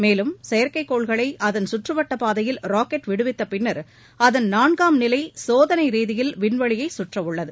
மேலும் செயற்கைக்கோள்களை அதன் சுற்றுவட்டப் பாதையில் ராக்கெட் விடுவித்த பின்னர் அதன் நான்காம் நிலை சோதனை ரீதியில் விண்வெளியை சுற்றிவரவுள்ளது